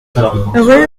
rue